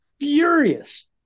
furious